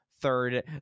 third